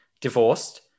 divorced